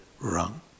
wrong